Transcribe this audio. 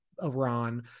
Iran